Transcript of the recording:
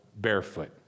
barefoot